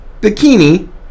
bikini